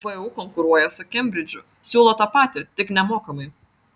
vu konkuruoja su kembridžu siūlo tą patį tik nemokamai